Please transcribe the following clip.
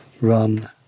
run